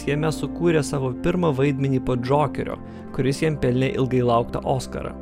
jame sukūrė savo pirmą vaidmenį po džokerio kuris jam pelnė ilgai lauktą oskarą